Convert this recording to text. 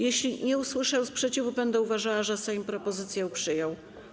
Jeśli nie usłyszę sprzeciwu, będę uważała, że Sejm propozycję przyjął.